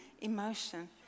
emotion